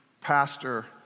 pastor